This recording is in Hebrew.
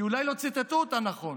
כי אולי לא ציטטו אותה נכון.